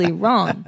wrong